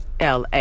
la